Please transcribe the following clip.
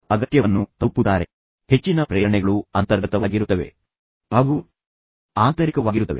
ತದನಂತರ ನೀವು ಬೆಳವಣಿಗೆಯ ಅಗತ್ಯದ ಬಗ್ಗೆ ಮಾತನಾಡುವಾಗ ಹೆಚ್ಚಿನ ಪ್ರೇರಣೆಗಳು ಅಂತರ್ಗತವಾಗಿರುತ್ತವೆ ಅವು ಆಂತರಿಕವಾಗಿರುತ್ತವೆ